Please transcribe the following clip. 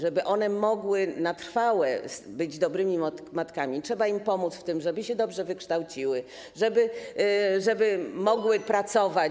Żeby one mogły na trwałe być dobrymi matkami, trzeba im pomóc w tym, żeby się dobrze wykształciły, żeby mogły pracować.